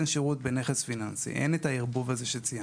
שירות בנכס פיננסי; אין את הערבוב הזה שציינתם.